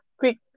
quick